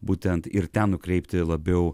būtent ir ten nukreipti labiau